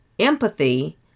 empathy